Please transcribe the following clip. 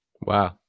Wow